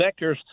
vectors